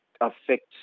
affects